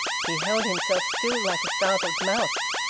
he held himself still like a startled mouse.